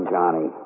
Johnny